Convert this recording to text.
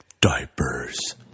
diapers